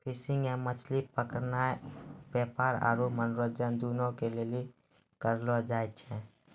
fishing या मछली पकड़नाय व्यापार आरु मनोरंजन दुनू के लेली करलो जाय छै